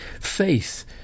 faith